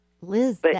Liz